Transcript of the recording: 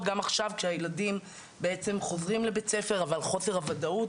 גם עכשיו כשהילדים חוזרים לבית הספר אבל חוסר הוודאות